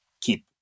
keep